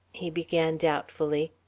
he began doubtfully.